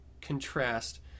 contrast